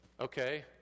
Okay